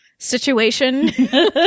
Situation